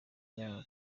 n’aya